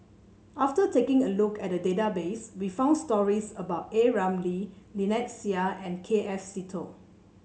after taking a look at the database we found stories about A Ramli Lynnette Seah and K F Seetoh